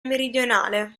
meridionale